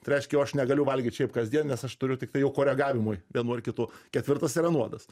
tai reiškia jau aš negaliu valgyt šiaip kasdien nes aš turiu tik tai jau koregavimui vienu ar kitu ketvirtas yra nuodas